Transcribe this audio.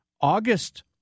August